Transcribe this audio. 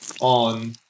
on